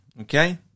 Okay